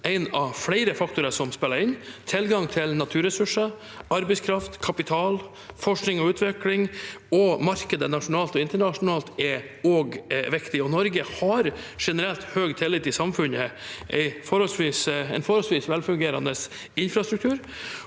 én av flere faktorer som spiller inn. Tilgang til naturressurser, arbeidskraft, kapital, forskning og utvikling og markeder nasjonalt og internasjonalt er òg viktig. Norge har generelt høy tillit i samfunnet, en forholdsvis velfungerende infrastruktur